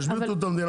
תכתבי את זה במפורש,